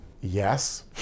Yes